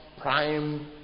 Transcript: prime